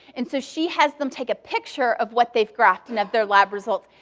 and so she has them take a picture of what they've graphed, and of their lab results,